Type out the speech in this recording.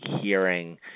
hearing